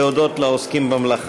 להודות לעוסקים במלאכה.